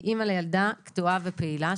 והיא אימא לילדה קטועה ופעילה.